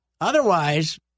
Otherwise